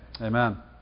amen